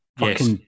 Yes